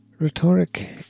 Rhetoric